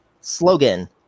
slogan